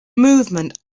movement